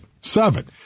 seven